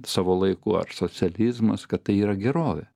savo laiku ar socializmas kad tai yra gerovė